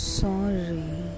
sorry